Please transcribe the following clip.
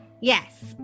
Yes